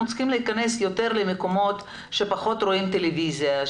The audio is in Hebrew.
צריכים להיכנס יותר למקומות בהם רואים פחות טלוויזיה,